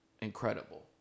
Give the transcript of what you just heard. Incredible